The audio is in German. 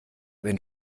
wenn